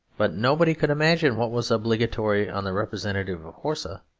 but nobody could imagine what was obligatory on the representative of horsa,